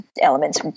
elements